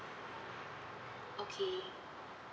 okay